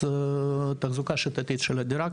אז תחזוקה שיטתית של הדירה,